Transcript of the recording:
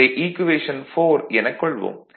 இதை ஈக்குவேஷன் 4 எனக் கொள்வோம்